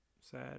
sad